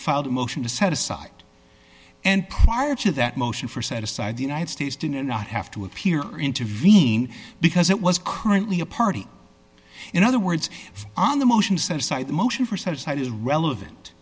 filed a motion to set aside and prior to that motion for set aside the united states do not have to appear intervening because it was currently a party in other words on the motion sensor side the motion for senate side is relevant